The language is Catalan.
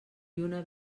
lluna